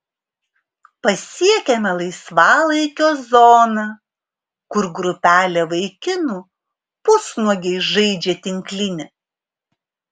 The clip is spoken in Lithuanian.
pasiekiame laisvalaikio zoną kur grupelė vaikinų pusnuogiai žaidžia tinklinį